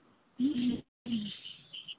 ᱦᱮᱸ